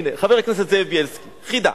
הנה, חבר הכנסת זאב בילסקי, חידה.